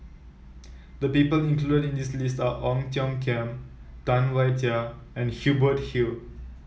the people included in this list are Ong Tiong Khiam Tam Wai Jia and Hubert Hill